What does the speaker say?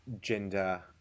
gender